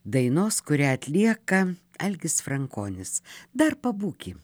dainos kurią atlieka algis frankonis dar pabūki